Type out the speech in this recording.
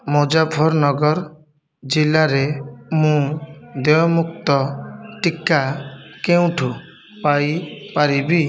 ମୁଜାଫରନଗର ଜିଲ୍ଲାରେ ମୁଁ ଦେୟମୁକ୍ତ ଟିକା କେଉଁଠୁ ପାଇପାରିବି